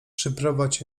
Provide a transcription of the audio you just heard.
przyprowadź